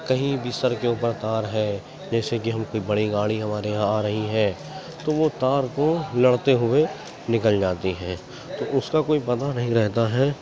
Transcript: کہیں بھی سر کے اوپر تار ہے جیسے کہ ہم کوئی بڑی گاڑی ہمارے یہاں آ رہی ہے تو وہ تار کو لڑتے ہوئے نکل جاتی ہے تو اس کا کوئی بندھا نہیں رہتا ہے